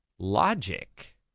logic